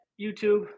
YouTube